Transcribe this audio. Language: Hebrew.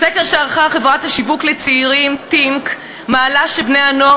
סקר שערכה חברת השיווק לצעירים "טינק" מעלה שבני-הנוער